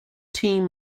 team